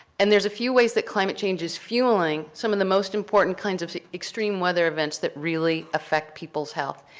and there's a few ways that climate change is fueling some of the most important kinds of extreme weather events that really affect people's heatlh.